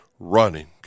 Running